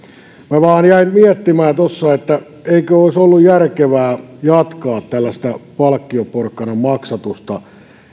minä vain jäin miettimään tuossa eikö olisi ollut järkevää jatkaa tällaista palkkioporkkanan maksatusta jotta